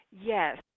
Yes